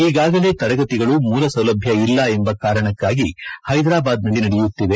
ಈಗಾಗಲೇ ತರಗತಿಗಳು ಮೂಲ ಸೌಲಭ್ಯ ಇಲ್ಲ ಎಂಬ ಕಾರಣಕ್ಕಾಗಿ ಹೈದರಾಬಾದ್ನಲ್ಲಿ ನಡೆಯುತ್ತಿದೆ